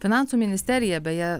finansų ministerija beje